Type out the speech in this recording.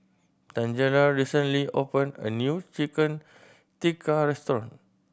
Tangela recently opened a new Chicken Tikka restaurant